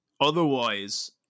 otherwise